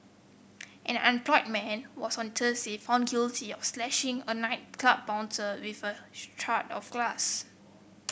an unemployed man was on Thursday found guilty of slashing a nightclub bouncer with a shard of glass